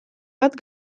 bat